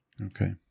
Okay